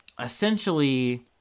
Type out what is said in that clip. essentially